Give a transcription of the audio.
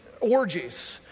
orgies